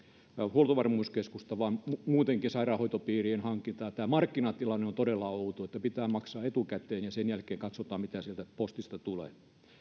huoltovarmuuskeskusta vaan muutenkin sairaanhoitopiirien hankintaa tämä markkinatilanne on todella outo että pitää maksaa etukäteen ja sen jälkeen katsotaan mitä sieltä postista tulee